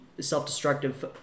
self-destructive